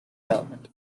development